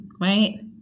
right